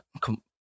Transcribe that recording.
Come